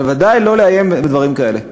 אבל ודאי לא לאיים בדברים כאלה.